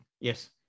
yes